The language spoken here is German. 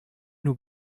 nur